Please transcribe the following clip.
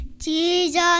Jesus